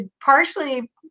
partially